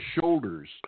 shoulders